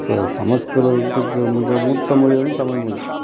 இப்போ சமஸ்கிருதத்துக்கு மிக மூத்தமொழி வந்து தமிழ்மொழி